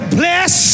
bless